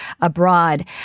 abroad